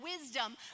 wisdom